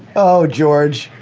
oh, george,